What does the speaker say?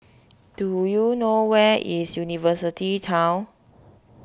do you know where is University Town